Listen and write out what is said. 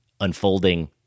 unfolding